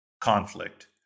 conflict